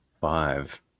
Five